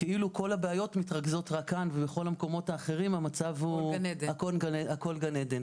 כאילו כל הבעיות מתרכזות רק כאן ובכל המקומות האחרים הכל גן עדן.